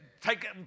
take